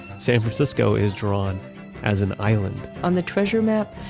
san francisco is drawn as an island on the treasure map,